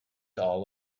all